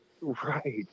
right